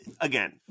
again